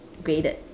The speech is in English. graded